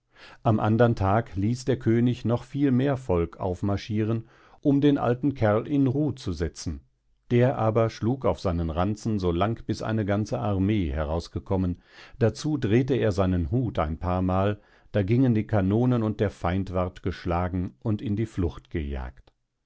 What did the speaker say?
am andern tag ließ der könig noch viel mehr volk ausmarschiren um den alten kerl in ruh zu setzen der aber schlug auf seinen ranzen so lang bis eine ganze armee herausgekommen dazu drehte er seinen hut ein paar mal da gingen die canonen und der feind ward geschlagen und in die flucht gejagt